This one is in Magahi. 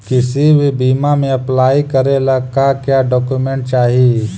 किसी भी बीमा में अप्लाई करे ला का क्या डॉक्यूमेंट चाही?